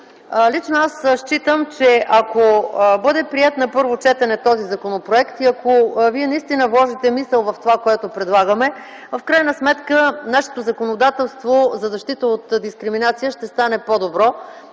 Лично аз считам, че ако този законопроект бъде приет на първо четене и ако вие наистина вложите мисъл в това, което предлагаме, в крайна сметка нашето законодателство за защита от дискриминация ще стане по-добро.